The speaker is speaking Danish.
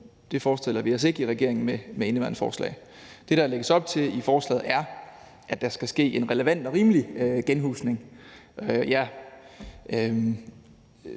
Det forestiller vi os ikke i regeringen med indeværende forslag. Det, der lægges op til i forslaget, er, at der skal ske en relevant og rimelig genhusning.